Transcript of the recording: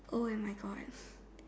oh and my God